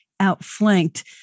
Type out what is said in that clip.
outflanked